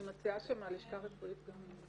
אני מציעה שמהלשכה הרפואית גם ידברו.